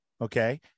Okay